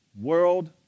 world